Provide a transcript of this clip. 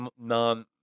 non